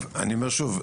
אני אומר שוב,